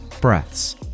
breaths